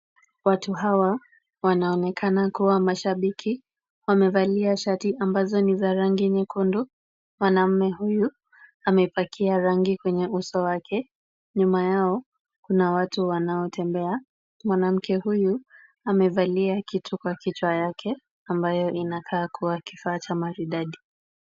Watu hawa wanaonekana kuwa mashabiki. Wamevalia shati ambazo ni za rangi nyekundu. mwanaume huyu amepakia rangi kwenye uso wake, nyumba yao kuna watu wanaotembea, mwanamke huyu amevalia kitu kwa kichwa yake ambayo inakaa kuwa kifaa kimaridadi.